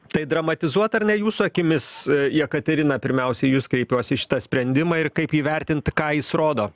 tai dramatizuot ar ne jūsų akimis jekaterina pirmiausia į jus kreipiuosi šitą sprendimą ir kaip jį vertint ką jis rodo